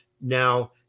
Now